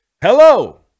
hello